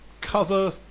cover